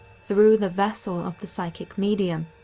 through the vessel of the psychic medium,